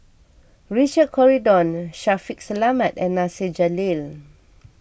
Richard Corridon Shaffiq Selamat and Nasir Jalil